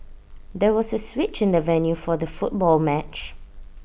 there was A switch in the venue for the football match